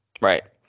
Right